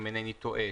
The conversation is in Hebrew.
אם אינני טועה,